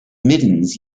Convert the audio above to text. middens